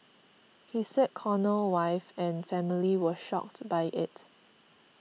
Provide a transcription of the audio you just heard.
he said Cornell wife and family were shocked by it